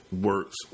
works